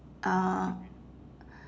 uh